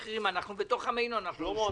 נעבור לעמוד 6. למעשה,